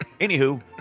Anywho